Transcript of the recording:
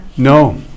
No